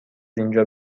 اینجا